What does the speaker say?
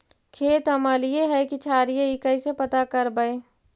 खेत अमलिए है कि क्षारिए इ कैसे पता करबै?